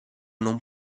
non